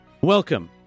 Welcome